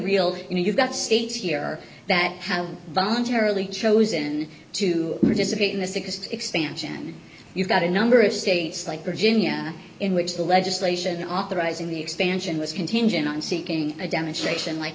real you know you've got states here that have voluntarily chosen to participate in the sickest expansion you've got a number of states like virginia in which the legislation authorizing the expansion was contingent on seeking a demonstration like